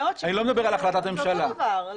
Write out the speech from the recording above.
זה אותו דבר.